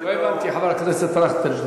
לא הבנתי, חבר הכנסת טרכטנברג.